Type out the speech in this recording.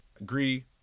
Agree